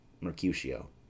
Mercutio